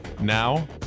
Now